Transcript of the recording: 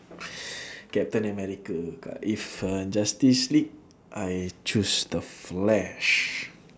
captain america kan if uh justice league I choose the flash